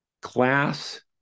Class